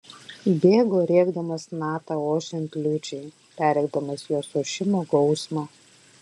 bėgo rėkdamas natą ošiant liūčiai perrėkdamas jos ošimo gausmą